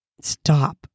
stop